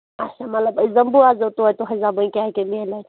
اچھا مطلب أسۍ زَن بوزو توتہِ تُہُندِ زَبٲنۍ کیٛاہ کیٛاہ میلہِ